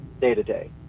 day-to-day